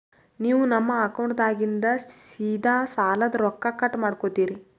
ನೀವು ನಮ್ಮ ಅಕೌಂಟದಾಗಿಂದ ಸೀದಾ ಸಾಲದ ರೊಕ್ಕ ಕಟ್ ಮಾಡ್ಕೋತೀರಿ?